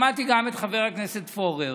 שמעתי גם את חבר הכנסת פורר,